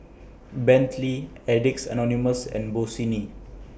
Bentley Addicts Anonymous and Bossini